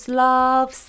love